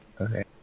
Okay